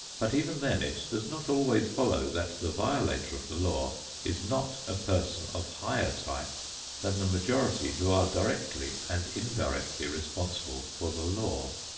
but even then it does not always follow that the violator of the law is not a person of higher type than the majority who are directly and indirectly responsible for the law.